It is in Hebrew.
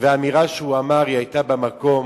והאמירה שהוא אמר היתה במקום.